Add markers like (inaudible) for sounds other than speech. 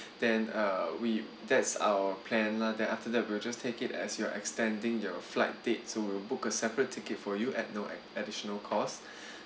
then uh we that's our plan lah then after that we'll just take it as you are extending your flight date so we'll book a separate ticket for you at no additional cost (breath)